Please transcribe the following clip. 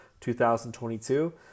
2022